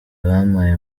bampaye